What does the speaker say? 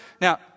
Now